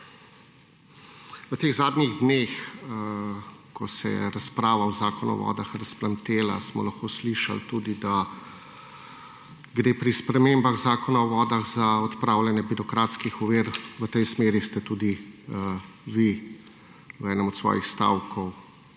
V teh zadnjih dneh, ko se je razprava o Zakonu o vodah razplamtela, smo lahko slišali tudi da gre pri spremembah Zakona o vodah za odpravljanje birokratskih ovir. V tej smeri ste tudi vi v enem od svojih stavkov